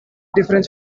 difference